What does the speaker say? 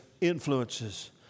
influences